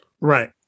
right